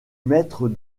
maître